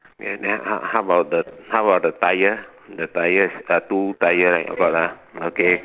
ya then how how about the how about the the tyre the tyre is a two tyre right got ah okay